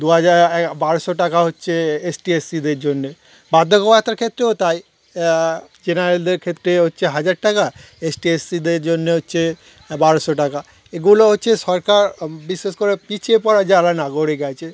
দু হাজার বারোশো টাকা হচ্ছে এসটি এস সিদের জন্যে বার্ধকভাতার ক্ষেত্রেও তাই জেনারেলদের ক্ষেত্রে হচ্ছে হাজার টাকা এসটি এস সিদের জন্যে হচ্ছে বারোশো টাকা এগুলো হচ্ছে সরকার বিশেষ করে পিছিয়ে পড়া যারা নাগরিক আছে